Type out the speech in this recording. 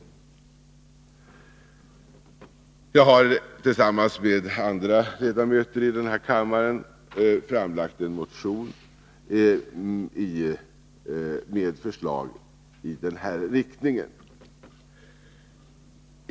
Jag har tillsammans med andra ledamöter i kammaren väckt en motion med förslag i den riktningen.